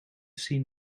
seen